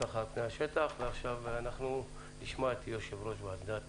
עכשיו נשמע את יושב ראש ועדת